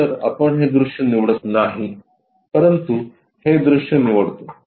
तर आपण हे दृश्य निवडत नाही परंतु हे दृश्य निवडतो